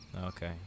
Okay